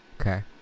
Okay